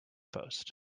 post